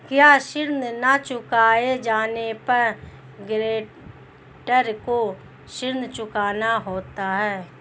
क्या ऋण न चुकाए जाने पर गरेंटर को ऋण चुकाना होता है?